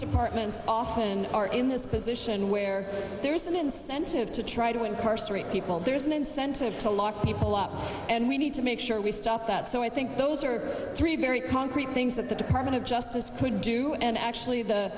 departments often are in this position where there's an incentive to try to incarcerate people there's an incentive to lock people up and we need to make sure we stop that so i think those are three very concrete things that the department of justice could do and actually